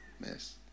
Yes